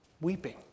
weeping